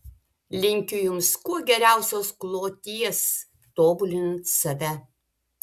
linkiu jums kuo geriausios kloties tobulinant save